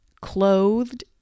clothed